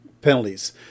penalties